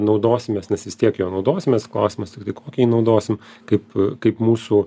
naudosimės nes vis tiek juo naudosimės klausimas kokį jį naudosim kaip kaip mūsų